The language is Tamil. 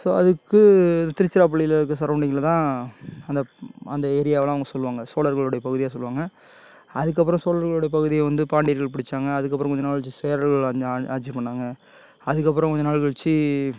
ஸோ அதுக்கு திருச்சிராப்பள்ளியில் இருக்கற சரௌன்டிங்கில் தான் அந்த அந்த ஏரியாவெலாம் சொல்லுவாங்க சோழர்களுடைய பகுதியாக சொல்லுவாங்க அதுக்கப்புறம் சோழர்களுடைய பகுதியை வந்து பாண்டியர்கள் பிடித்தாங்க அதுக்கப்புறம் கொஞ்சம் நாள் கழித்து சேரர்கள் வந்த ஆன் ஆட்சி பண்ணாங்க அதுக்கப்புறம் கொஞ்சம் நாள் கழித்து